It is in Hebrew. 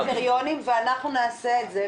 אנחנו נעשה את זה.